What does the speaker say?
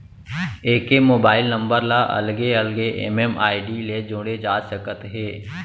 एके mobile number ल अलगे अलगे एम.एम.आई.डी ले जोड़े जा सकत हे